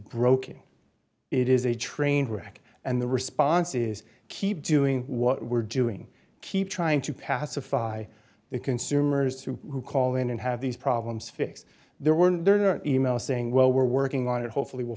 broken it is a train wreck and the response is keep doing what we're doing keep trying to pacify the consumers who call in and have these problems fix their were in their e mail saying well we're working on it hopefully we'll